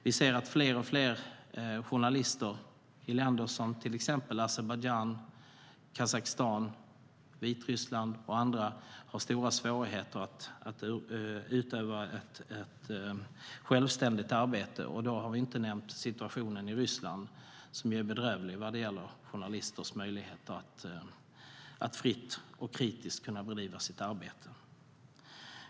Vi ser att fler och fler journalister i länder som till exempel Azerbajdzjan, Kazakstan och Vitryssland har stora svårigheter att utöva ett självständigt arbete. Och då har vi inte nämnt situationen i Ryssland, som ju är bedrövlig när det gäller journalisters möjligheter att fritt och kritiskt bedriva sitt arbete.